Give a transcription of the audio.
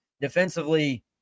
defensively